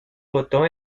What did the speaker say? votó